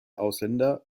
ausländer